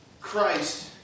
Christ